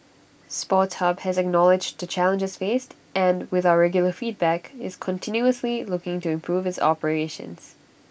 sports hub has acknowledged the challenges faced and with our regular feedback is continuously looking to improve its operations